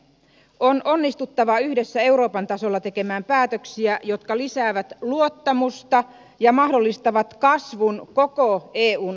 on onnistuttava yhdessä euroopan tasolla tekemään päätöksiä jotka lisäävät luottamusta ja mahdollistavat kasvun koko eun alueelle